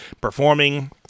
performing